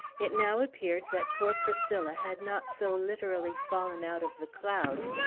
it now appeared that poor priscilla had not so literally fallen out of the clouds,